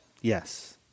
Yes